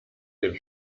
den